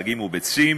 דגים וביצים,